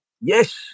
Yes